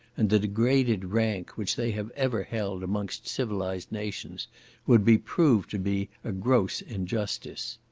and the degraded rank which they have ever held amongst civilized nations would be proved to be a gross injustice.